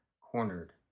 cornered